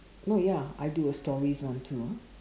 no ya I do a stories one too ah